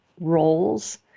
roles